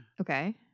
Okay